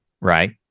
right